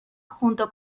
junto